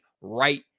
right